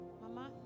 Mama